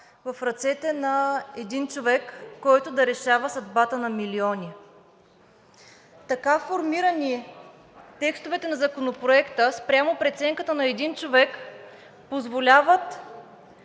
в ръцете на един човек, който да решава съдбата на милиони. Така формирани текстовете на Законопроекта спрямо преценката на един човек, позволяват